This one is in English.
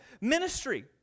ministry